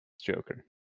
Joker